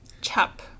Chap